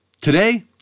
Today